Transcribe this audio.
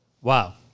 Wow